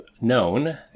known